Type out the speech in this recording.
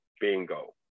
bingo